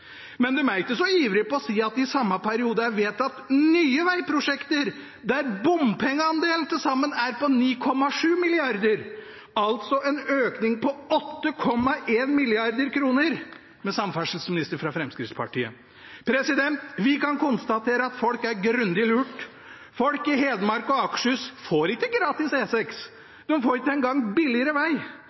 Men de er ikke så ivrige på å si at det i samme periode er vedtatt nye vegprosjekter, der bompengeandelen til sammen er på 9,7 mrd. kr – altså en økning på 8,1 mrd. kr – med en samferdselsminister fra Fremskrittspartiet. Vi kan konstatere at folk er grundig lurt: Folk i Hedmark og Akershus får ikke gratis E6, de får ikke engang billigere